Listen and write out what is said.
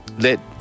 let